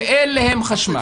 שאין להם חשמל,